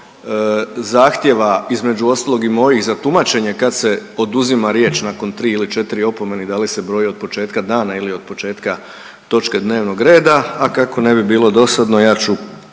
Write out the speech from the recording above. zahtjeva između ostalog i mojih za tumačenje kad se oduzima riječ nakon tri ili četiri opomene i da li se broji od početka dana ili od početka točke dnevnog reda. A kako ne bi bilo dosadno ja ću